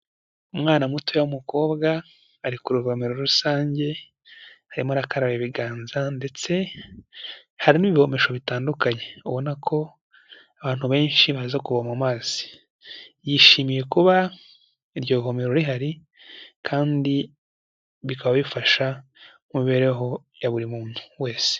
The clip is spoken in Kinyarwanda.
Umwana muto w'umukobwa ari ku rugomero rusange arimo arakaraba ibiganza, ndetse hari n'ibivomesho bitandukanye, ubona ko abantu benshi baza kuvoma mazi. Yishimiye kuba iryo vomero rihari kandi bikaba bifasha mu mibereho ya buri muntu wese.